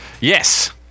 Yes